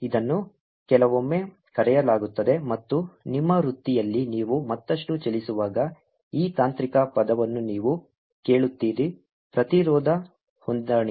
ಇದನ್ನು ಕೆಲವೊಮ್ಮೆ ಕರೆಯಲಾಗುತ್ತದೆ ಮತ್ತು ನಿಮ್ಮ ವೃತ್ತಿಯಲ್ಲಿ ನೀವು ಮತ್ತಷ್ಟು ಚಲಿಸುವಾಗ ಈ ತಾಂತ್ರಿಕ ಪದವನ್ನು ನೀವು ಕೇಳುತ್ತೀರಿ ಪ್ರತಿರೋಧ ಹೊಂದಾಣಿಕೆ